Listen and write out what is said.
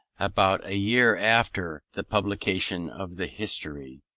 about a year after the publication of the history,